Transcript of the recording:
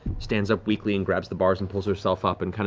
stands up weakly and grabs the bars and pulls herself up and